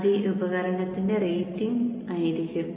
അത് ഈ ഉപകരണത്തിന്റെ റേറ്റിംഗ് ആയിരിക്കും